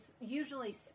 usually